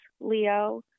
Leo